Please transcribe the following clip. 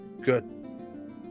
Good